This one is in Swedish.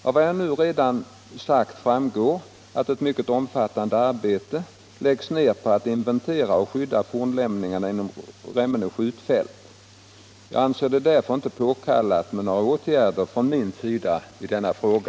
Av vad jag nu har sagt framgår att ett mycket omfattande arbete läggs ned på att inventera och skydda fornlämningarna inom Remmene skjutfält. Jag anser det därför inte påkallat med några åtgärder från min sida i denna fråga.